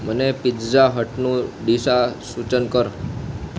મને પિઝા હટનું દિશા સૂચન કર